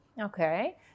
Okay